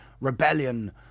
rebellion